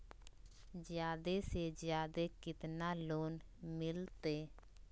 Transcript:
जादे से जादे कितना लोन मिलते?